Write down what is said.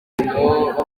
uko